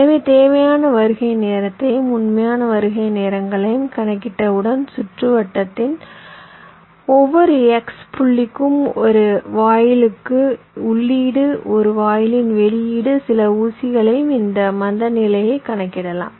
எனவே தேவையான வருகை நேரத்தையும் உண்மையான வருகை நேரங்களையும் கணக்கிட்டவுடன் சுற்றுவட்டத்தின் ஒவ்வொரு x புள்ளிக்கும் ஒரு வாயிலுக்கு உள்ளீடு ஒரு வாயிலின் வெளியீடு சில ஊசிகளையும் இந்த மந்தநிலையை கணக்கிடலாம்